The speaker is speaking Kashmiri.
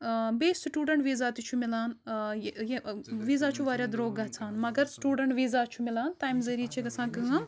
ٲں بیٚیہِ سٹوٗڈنٛٹ ویٖزا تہِ چھُ میلان ٲں یہِ ویٖزا چھُ واریاہ درٛوگ گژھان مگر سٹوٗڈَنٛٹ ویٖزا چھُ میلان تَمہِ ذٔریعہٕ چھِ گژھان کٲم